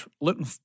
looking